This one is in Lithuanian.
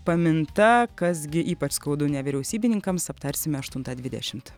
paminta kas gi ypač skaudu nevyriausybininkams aptarsime aštuntą dvidešimt